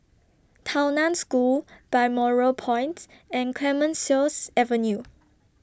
Tao NAN School Balmoral Points and Clemenceau Avenue